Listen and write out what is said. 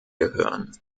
gehören